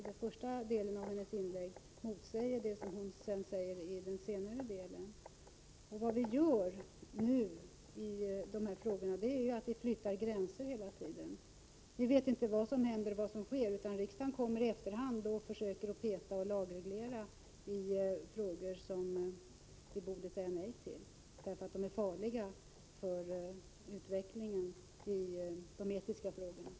Den första delen av hennes inlägg motsägs av det som hon säger i den senare delen. Vad vi gör nu i dessa frågor är att vi hela tiden flyttar gränser. Vi vet inte vad som sker, utan riksdagen kommer i efterhand och försöker att peta och lagreglera i frågor som vi borde säga nej till på grund av de är farliga för utvecklingen i de etiska frågorna.